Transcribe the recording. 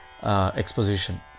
Exposition